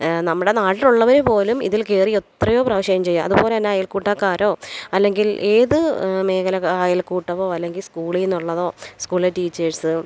നമ്മുടെ നാട്ടിലുള്ളവര് പോലും ഇതില് കയറി എത്രയോ പ്രാവശ്യം എന്ജോയ്യ്യാ അതുപോലെ തന്നെ അയല്ക്കൂട്ടക്കാരോ അല്ലെങ്കില് ഏത് മേഖലക അയല്ക്കൂട്ടമോ അല്ലെങ്കില് സ്കൂളില്നിന്നുള്ളതോ സ്കൂളിലെ ടീച്ചേഴ്സ്